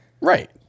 Right